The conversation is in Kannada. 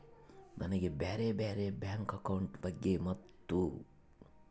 ನನಗೆ ಬ್ಯಾರೆ ಬ್ಯಾರೆ ಬ್ಯಾಂಕ್ ಅಕೌಂಟ್ ಬಗ್ಗೆ ಮತ್ತು?